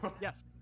Yes